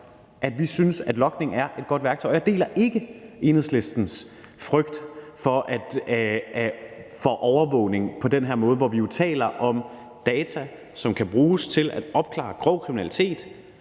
at vi synes, at logning er et godt værktøj. Og jeg deler ikke Enhedslistens frygt for overvågning på den her måde, hvor vi jo taler om data, som kan bruges til at opklare grov kriminalitet,